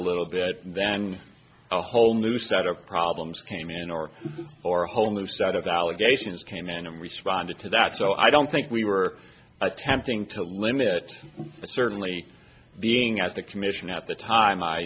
little bit and then a whole new set of problems came in order for a whole new set of allegations came in and responded to that so i don't think we were attempting to limit but certainly being at the commission at the time i